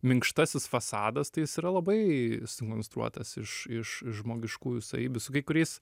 minkštasis fasadas tai jis yra labai sukonstruotas iš iš iš žmogiškųjų savybių su kai kuriais